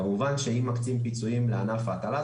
כמובן שאם מקצים פיצויים לענף ההטלה,